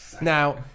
Now